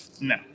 No